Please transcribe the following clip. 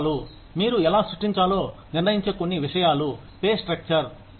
మీరు ఎలా సృష్టించాలో నిర్ణయించే కొన్ని విషయాలు పే స్ట్రక్చర్ నంబర్ వన్